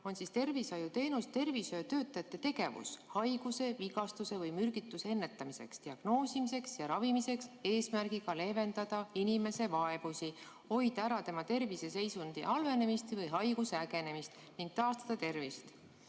on tervishoiuteenus tervishoiutöötaja tegevus haiguse, vigastuse või mürgistuse ennetamiseks, diagnoosimiseks ja ravimiseks eesmärgiga leevendada inimese vaevusi, hoida ära tema tervise seisundi halvenemist või haiguse ägenemist ning taastada tervist.